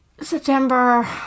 September